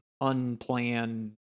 unplanned